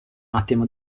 attimo